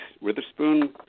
Witherspoon